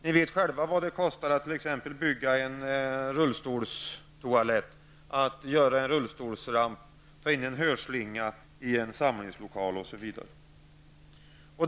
Ni vet själva vad det kostar t.ex. att bygga en rullstolstoalett, att göra en rullstolsramp, att ta in hörslinga i en samlingslokal, osv.